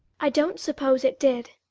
i don't suppose it did,